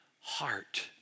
heart